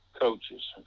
coaches